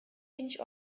wenig